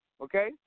okay